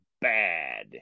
bad